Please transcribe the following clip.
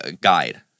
guide